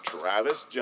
Travis